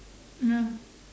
ya